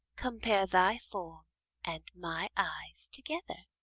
compare thy form and my eyes together,